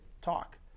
talk